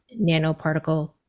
nanoparticle